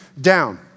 down